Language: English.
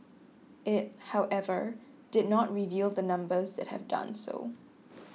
it however did not reveal the numbers that have done so